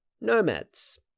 nomads